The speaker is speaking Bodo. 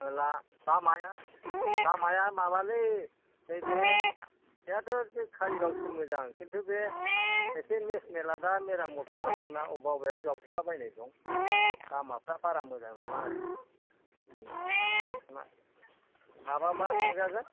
लामाया माबालै नैबे खारिगावसिम मोजां खिन्थु बे एसे नेसनेल आ दा मेरामद खालामदोंना बबेबा बबेबायाव जावखुलाबायनाय दं लामाफोरा बारा मोजां नङा आरो माबाब्ला थांजागोन